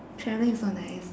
travelling is so nice